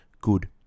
good